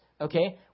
Okay